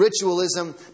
ritualism